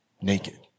naked